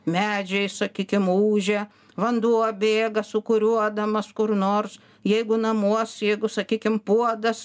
medžiai sakykim ūžia vanduo bėga sūkuriuodamas kur nors jeigu namuose jeigu sakykim puodas